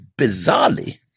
bizarrely